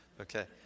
Okay